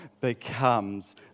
becomes